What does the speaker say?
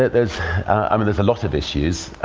there's i mean there's a lot of issues.